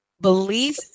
belief